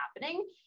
happening